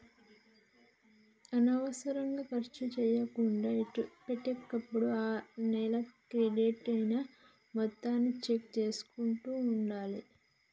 అనవసరంగా ఖర్చు చేయకుండా ఎప్పటికప్పుడు ఆ నెల క్రెడిట్ అయిన మొత్తాన్ని చెక్ చేసుకుంటూ ఉండాలి